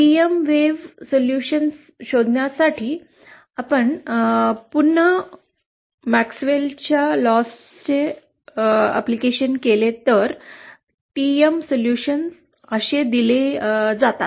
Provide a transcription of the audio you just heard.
TM wave solution शोधण्यासाठी आपण पुन्हा मॅक्सवेलच्या कायद्यांचे पालन केले तर टीएम सोल्युशन्स असे दिले जातात